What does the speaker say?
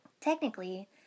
Technically